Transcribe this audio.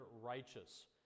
righteous